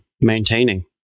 maintaining